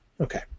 Okay